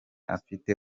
afite